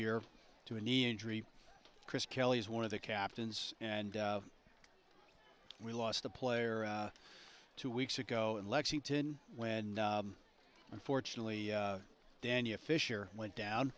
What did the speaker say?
year to a knee injury chris kelly is one of the captains and we lost a player two weeks ago in lexington when unfortunately daniel fisher went down